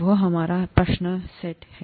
वह हमारा है प्रश्न सेट करें